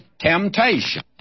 temptation